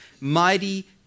Mighty